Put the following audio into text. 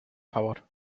favor